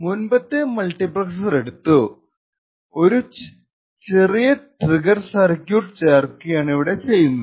മുൻപത്തെ മൾട്ടിപ്ളെക്സർ എടുത്തു ഒരു ട്രിഗർ സർക്യൂട് ചേർക്കുകയാണിവിടെ ചെയ്യുന്നത്